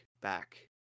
back